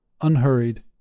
unhurried